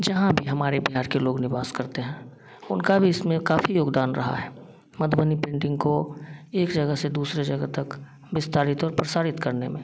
जहाँ भी हमारे बिहार के लोग निवास करते हैं उनका भी इसमें काफी योगदान रहा है मधुबनी पेंटिंग को एक जगह से दूसरे जगह तक विस्तारित और प्रसारित करने में